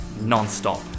non-stop